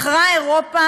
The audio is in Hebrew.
בחרה אירופה